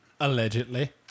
Allegedly